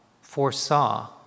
foresaw